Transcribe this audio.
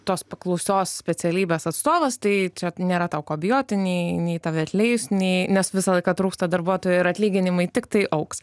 tos paklausios specialybės atstovas tai čia nėra tau ko bijoti nei nei tave atleis nei nes visą laiką trūksta darbuotojų ir atlyginimai tiktai augs